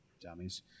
Dummies